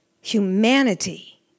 Humanity